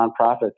nonprofits